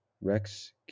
Rex